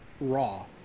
raw